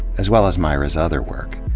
as well as myra's other work.